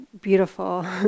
beautiful